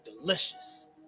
delicious